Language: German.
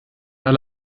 alle